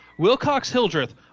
Wilcox-Hildreth